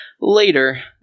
later